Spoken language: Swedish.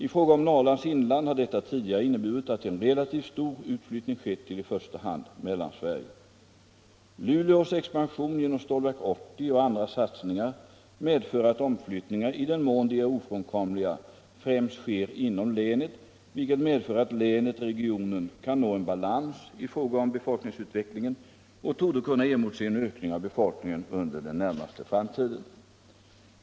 I fråga om Norrlands inland har detta tidigare inneburit att en relativt stor utflyttning skett till i första hand Mellansverige. Luleås expansion genom Stålverk 80 och andra satsningar medför att omflyttningar i den mån de är ofrånkomliga främst sker inom länet, vilket medför att länet/regionen kan nå en balans i fråga om befolkningsutvecklingen och torde kunna emotse en ökning av befolkningen under den närmaste framtiden.